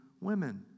women